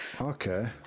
Okay